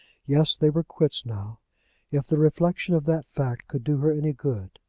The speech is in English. yes! they were quits now if the reflection of that fact could do her any good.